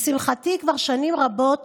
לשמחתי, כבר שנים רבות